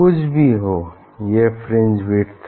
कुछ भी हो यह फ्रिंज विड्थ है